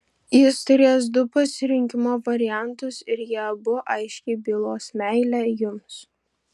jis turės du pasirinkimo variantus ir jie abu aiškiai bylos meilę jums